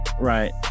right